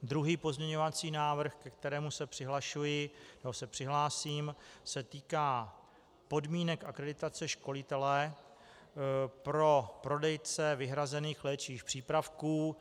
Druhý pozměňovací návrh, ke kterému se přihlásím, se týká podmínek akreditace školitele pro prodejce vyhrazených léčivých přípravků.